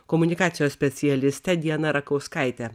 komunikacijos specialiste diana rakauskaite